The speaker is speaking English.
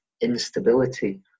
instability